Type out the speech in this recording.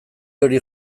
hori